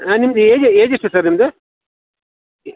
ನಿಮ್ಮದು ಏಜ್ ಏಜೆಷ್ಟು ಸರ್ ನಿಮ್ಮದು